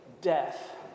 death